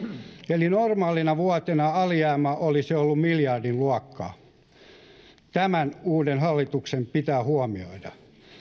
eli normaalina vuotena alijäämä olisi ollut miljardin luokkaa tämä uuden hallituksen pitää huomioida